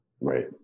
Right